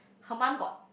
her mum got